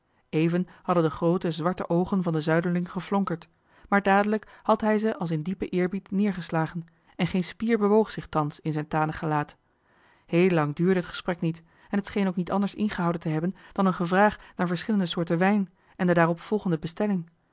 even hadden de groote zwarte oogen van den zuiderling geflonkerd maar dadelijk had hij ze als in diepen eerbied neergeslagen en geen spier bewoog zich thans in zijn tanig gelaat heel lang duurde het gesprek niet en t scheen ook niets anders ingehouden te hebben dan een gevraag naar verschillende soorten wijn en de daarop volgende bestelling